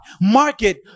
market